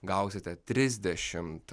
gausite trisdešimt